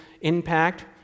impact